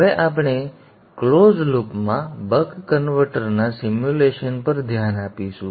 હવે આપણે બંધ લૂપ માં બક કન્વર્ટર ના સિમ્યુલેશન પર ધ્યાન આપીશું